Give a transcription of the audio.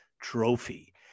trophy